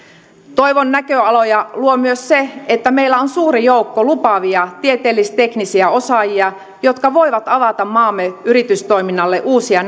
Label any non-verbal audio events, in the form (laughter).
toivon näköaloja luo myös se että meillä on suuri joukko lupaavia tieteellisteknisiä osaajia jotka voivat avata maamme yritystoiminnalle uusia (unintelligible)